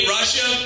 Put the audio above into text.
Russia